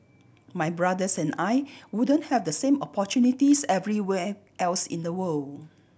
my brothers and I wouldn't have the same opportunities everywhere else in the world